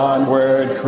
Onward